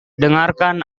dengarkan